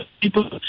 people